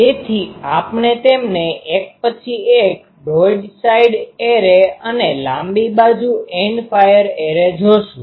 તેથી આપણે તેમને એક પછી એક બ્રોડ સાઇડ એરે અને લાંબી બાજુ એન્ડ ફાયર એરે જોશું